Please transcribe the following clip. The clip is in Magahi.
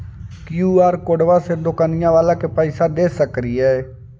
कियु.आर कोडबा से दुकनिया बाला के पैसा दे सक्रिय?